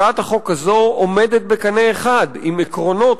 הצעת החוק הזאת עומדת בקנה אחד עם עקרונות